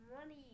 money